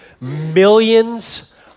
millions